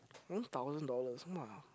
one thousand dollars !wow!